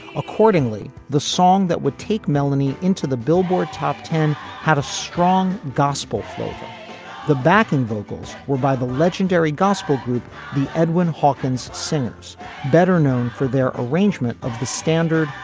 accordingly the song that would take melanie into the billboard top ten had a strong gospel flavor the backing vocals were by the legendary gospel group the edwin hawkins singers better known for their arrangement of the standard.